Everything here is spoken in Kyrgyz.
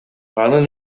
анын